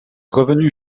revenu